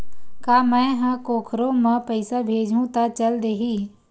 का मै ह कोखरो म पईसा भेजहु त चल देही?